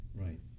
Right